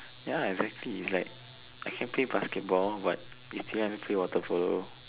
ya exactly is like I can't play basketball but you still let me play water polo